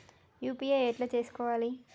UPI ఎట్లా చేసుకోవాలి?